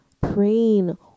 praying